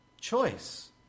choice